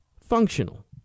functional